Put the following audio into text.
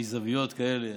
מזוויות כאלה